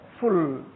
full